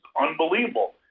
unbelievable